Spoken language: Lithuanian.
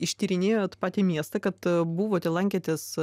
ištyrinėjot patį miestą kad buvote lankėtės